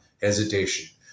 hesitation